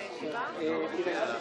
"יושב-ראש